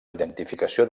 identificació